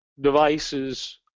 devices